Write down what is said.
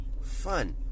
fun